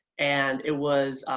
and it was.